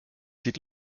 sieht